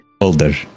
older